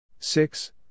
Six